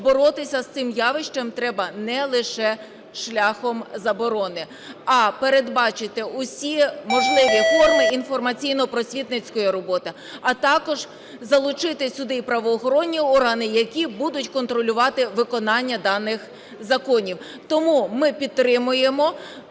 боротися з цим явищем треба не лише шляхом заборони, а передбачити усі можливі форми інформаційно-просвітницької роботи. А також залучити сюди і правоохоронні органи, які будуть контролювати виконання даних законів. Тому ми підтримуємо